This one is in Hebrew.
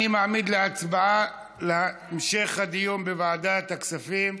אני מעמיד להצבעה להמשך הדיון בוועדת הכספים.